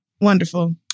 Wonderful